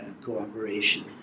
cooperation